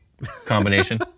combination